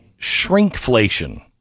shrinkflation